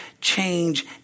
change